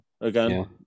Again